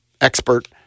expert